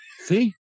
see